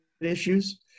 issues